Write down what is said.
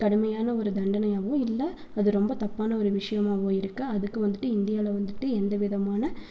கடுமையான ஒரு தண்டனையாகவும் இல்லை அது ரொம்ப தப்பான ஒரு விஷியமாகவும் இருக்குது அதுக்கு வந்துட்டு இந்தியாவில வந்துட்டு எந்த விதமான